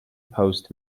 post